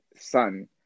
son